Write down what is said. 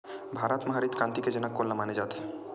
भारत मा हरित क्रांति के जनक कोन ला माने जाथे?